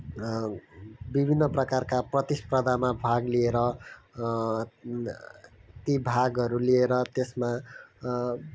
विभिन्न प्रकारका प्रतिस्पर्धामा भाग लिएर ती भागहरू लिएर त्यसमा